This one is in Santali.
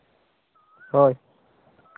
ᱦᱳᱭ